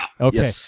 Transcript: Okay